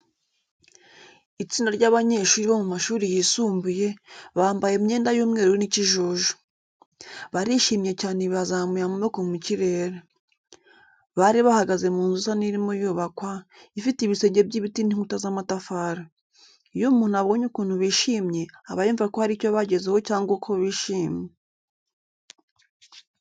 Itsinda ry'abanyeshuri bo mu mashuri yisumbuye, bambaye imyenda y'umweru n'ikijuju. Barishimye cyane bazamuye amaboko mu kirere. Bari bahagaze mu nzu isa n'irimo yubakwa, ifite ibisenge by'ibiti n'inkuta z'amatafari. Iyo umuntu abonye ukuntu bishimye, aba yumva ko hari icyo bagezeho cyangwa ko bishimye.